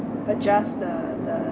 adjust the the